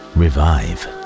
revive